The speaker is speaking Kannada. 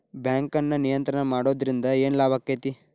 ಬ್ಯಾಂಕನ್ನ ನಿಯಂತ್ರಣ ಮಾಡೊದ್ರಿಂದ್ ಏನ್ ಲಾಭಾಕ್ಕತಿ?